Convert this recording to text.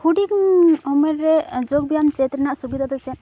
ᱦᱩᱰᱤᱝ ᱩᱢᱮᱨ ᱨᱮ ᱡᱳᱜᱽ ᱵᱮᱭᱟᱢ ᱪᱮᱫ ᱨᱮᱱᱟᱜ ᱥᱩᱵᱤᱫᱟ ᱫᱚ ᱪᱮᱫ